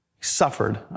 suffered